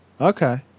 Okay